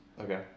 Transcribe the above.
okay